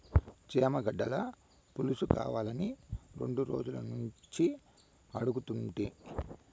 చేమగడ్డల పులుసుకావాలని రెండు రోజులనుంచి అడుగుతుంటి